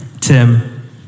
Tim